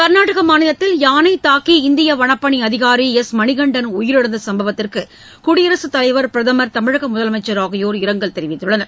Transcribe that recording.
கர்நாடக மாநிலத்தில் யானை தாக்கி இந்திய வனப்பணி அதிகாரி எஸ் மணிகண்டன் உயிரிழந்த சும்பவத்திற்கு குடியரசுத் தலைவர் பிரதமர் தமிழக முதலமைச்சர் ஆகியோர் இரங்கல் தெரிவித்துள்ளனர்